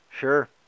Sure